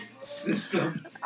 system